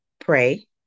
pray